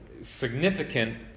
significant